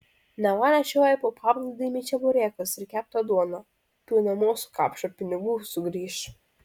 neva nešioja po paplūdimį čeburekus ir keptą duoną tuoj namo su kapšu pinigų sugrįš